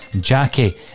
Jackie